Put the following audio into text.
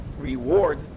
reward